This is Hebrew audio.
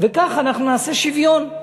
וכך אנחנו נעשה שוויון.